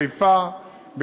חיפה,